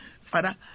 Father